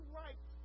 right